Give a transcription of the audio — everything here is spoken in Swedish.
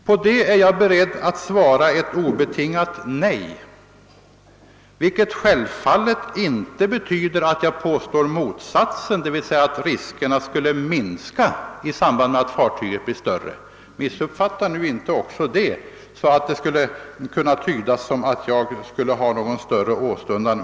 På den frågan är jag beredd att svara ett obetingat nej, vilket självfallet inte betyder att jag påstår motsatsen, d.v.s. att riskerna skulle minska i samband med att fartyget blir större.